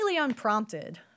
unprompted